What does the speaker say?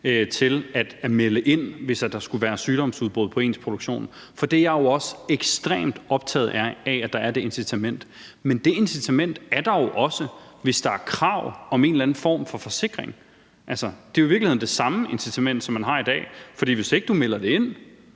til at melde ind, hvis der skulle være sygdomsudbrud i ens produktion. Det er jeg jo også ekstremt optaget af, altså at der er det incitament, men det incitament er der jo også, hvis der er krav om en eller anden form for forsikring. Altså, det er jo i virkeligheden det samme incitament, som man har i dag, for hvis ikke du melder det ind,